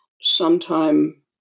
sometime